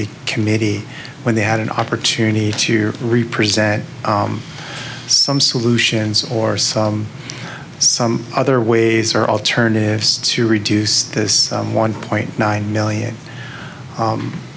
the committee when they had an opportunity to year re present some solutions or some some other ways or alternatives to reduce this one point nine million